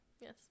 Yes